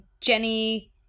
Jenny